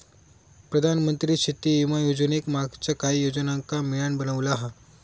प्रधानमंत्री शेती विमा योजनेक मागच्या काहि योजनांका मिळान बनवला हा